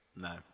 no